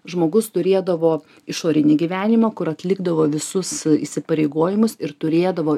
žmogus turėdavo išorinį gyvenimą kur atlikdavo visus įsipareigojimus ir turėdavo